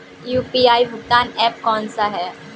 UPI भुगतान app कौन सा है?